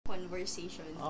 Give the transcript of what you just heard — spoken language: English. Conversation